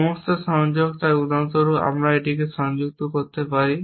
সমস্ত সংযোগ তাই উদাহরণস্বরূপ আমরা এটিকে এর সাথে সংযুক্ত করতে পারি